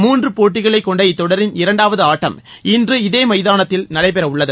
முன்று போட்டிகளைக் கொண்ட இத்தொடரின் இரண்டாவது ஆட்டம் இன்று இதே மைதானத்தில் நடைபெறவுள்ளது